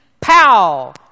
Pow